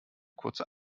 kurze